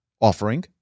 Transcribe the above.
offering